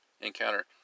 encounter